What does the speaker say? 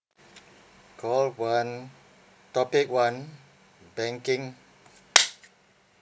call one topic one banking